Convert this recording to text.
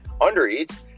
undereats